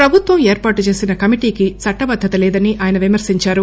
ప్రభుత్వం ఏర్పాటు చేసిన కమిటీకి చట్టబద్దత లేదని ఆయన విమర్శించారు